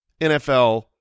NFL